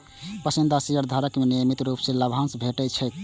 पसंदीदा शेयरधारक कें नियमित रूप सं लाभांश भेटैत छैक